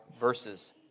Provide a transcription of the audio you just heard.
verses